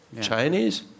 Chinese